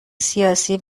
سیاسی